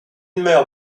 meurt